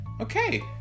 Okay